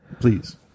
Please